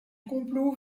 complot